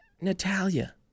Natalia